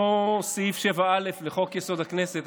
אותו סעיף 7א לחוק-יסוד: הכנסת,